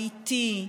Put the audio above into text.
האיטי,